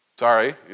Sorry